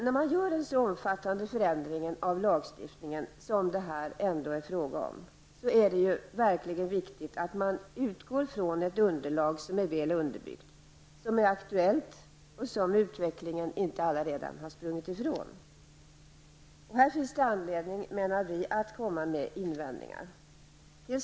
När man gör en så omfattande förändring av lagstiftningen som detta ändå är fråga om, är det verkligen viktigt att man utgår från ett underlag som är väl underbyggt, som är aktuellt och som utvecklingen inte allredan har sprungit ifrån. Här finns det, menar vi, anledning att komma med invändningar.